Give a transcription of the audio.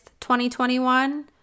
2021